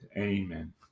Amen